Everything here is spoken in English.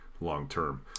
long-term